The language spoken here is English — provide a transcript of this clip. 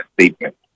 statement